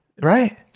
Right